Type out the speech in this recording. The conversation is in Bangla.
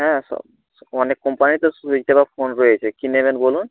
হ্যাঁ সব অনেক কোম্পানি তো সুইচ টেপা ফোন রয়েছে কি নেবেন বলুন